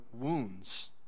wounds